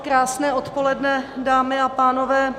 Krásné odpoledne, dámy a pánové.